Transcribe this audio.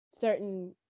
certain